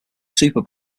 super